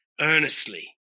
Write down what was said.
earnestly